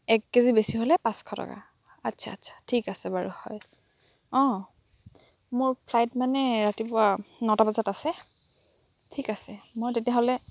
এক কেজি বেছি হ'লে পাঁচশ টকা আচ্ছা আচ্ছা ঠিক আছে বাৰু হয় অ' মোৰ ফ্লাইট মানে ৰাতিপুৱা নটা বজাত আছে ঠিক আছে মই তেতিয়াহ'লে